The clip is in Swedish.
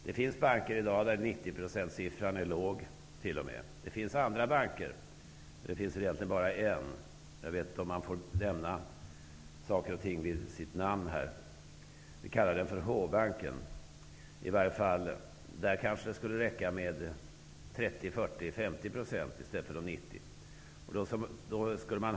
Det finns banker där 90 % i dag utgör en låg andel. I en bank, låt oss kalla den för H-banken, skulle det kanske räcka med 30 %, 40 % eller 50 % i stället för 90 %.